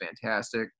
fantastic